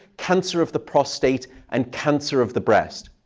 cancer of the prostate, and cancer of the breast.